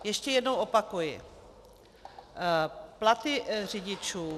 Ještě jednou opakuji, platy řidičů